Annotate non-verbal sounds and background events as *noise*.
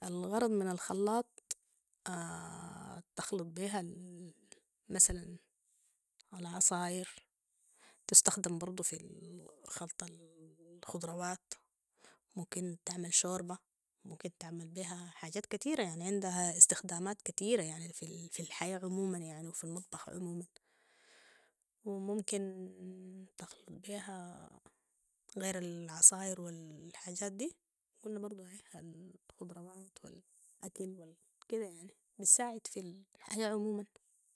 الغرض من الخلاط *hesitation* تخلط بيها *hesitation* مثلاً العصاير تستخدم برضو في *hesitation* خلط *hesitation* الخضروات ممكن تعمل شوربة ممكن تعمل بيها حاجات كتيرة يعني عندها استخدامات كتيرة يعني في الحياة عموماً وفي المطبخ عموماً وممكن تخلط بيها غير العصاير والحاجات دي قلنا برضو الخضروات والأكل والكده يعني بتساعد في الحياه عموماً